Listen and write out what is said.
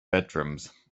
bedrooms